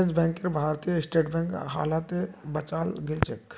yes बैंकक Bharatiya State Bank हालते बचाल गेलछेक